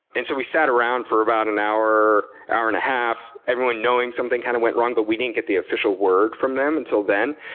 so we sat around for about an hour, hour and a half. everyone knowing something kind of went wrong, but we didn't get the official word from them until then.